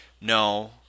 No